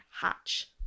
hatch